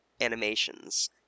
animations